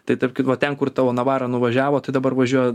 tai tarp kitko va ten kur tavo navara nuvažiavo tai dabar važiuoja